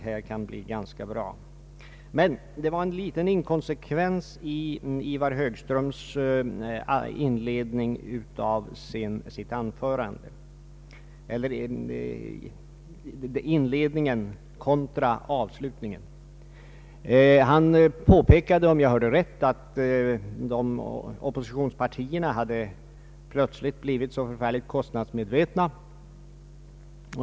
Det fanns dock en liten inkonsekvens i herr Högströms anförande mellan inledningen och avslutningen. Om jag hörde rätt påpekade han i inledningen att oppositionspartierna plötsligt hade blivit så förfärligt kostnadsmedvetna.